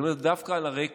אני אומר דווקא על הרקע